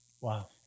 Wow